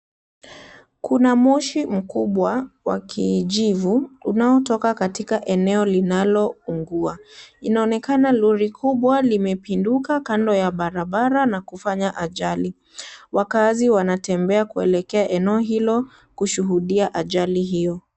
Kuna moshi mkubwa wakijivu unaotoka katika eneo linalo ungua. Inonekana lori kubwa limepinduka kando ya barabara na kufanya ajali. Wakazi wanatembea kuelekea eno hilo kushuhudia ajali hiyo.